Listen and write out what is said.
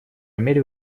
мере